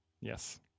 Yes